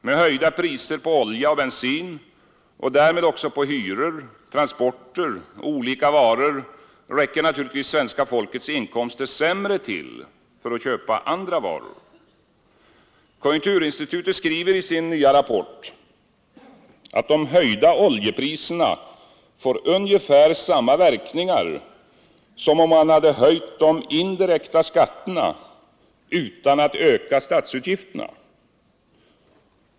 Med höjda priser på olja och bensin, och därmed också på hyror, transporter och olika varor, räcker naturligtvis svenska folkets inkomster sämre till för att köpa andra varor. Konjunkturinstitutet skriver i sin nya rapport att de höjda oljepriserna får ungefär samma verkningar som om man hade höjt de indirekta skatterna utan att öka statsutgifterna.